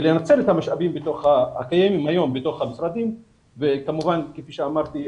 לנצל את המשאבים הקיימים היום בתוך המשרדים וכפי שאמרתי,